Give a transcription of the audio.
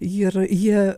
ir jie